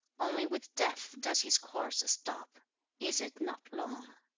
only with death does his course stop is it not long?